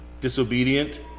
disobedient